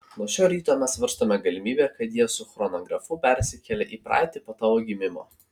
nuo šio ryto mes svarstome galimybę kad jie su chronografu persikėlė į praeitį po tavo gimimo